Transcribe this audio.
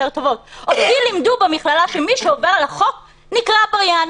טובות אותי לימדו במכללה שמי שעובר על החוק נקרא "עבריין".